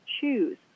choose